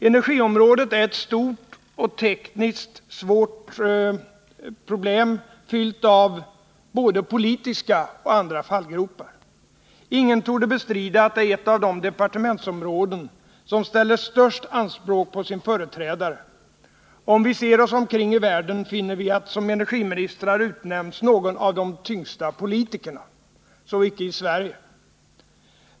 Energiområdet är ett stort och tekniskt besvärligt område, fyllt av både politiska och andra fallgropar. Ingen torde bestrida att det är ett av de departementsområden som ställer de största anspråken på sin företrädare. Om vi ser oss omkring i världen, finner vi att som energiministrar utnämns någon av de tyngsta politikerna. Så icke i Sverige.